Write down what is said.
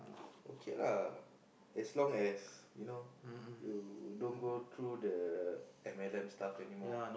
okay lah as long as you know you don't go through the M L M stuff anymore